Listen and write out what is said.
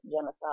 genocide